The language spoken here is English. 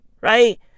Right